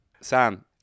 Sam